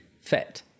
fat